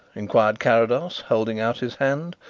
inquired carrados, holding out his hand,